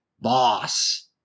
boss